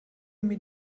mir